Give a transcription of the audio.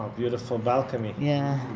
ah beautiful balcony yeah